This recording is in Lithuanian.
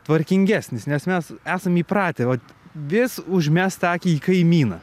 tvarkingesnis nes mes esam įpratę vat vis užmest akį į kaimyną